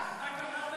אנחנו מייצרים?